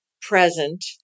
present